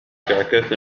كعكة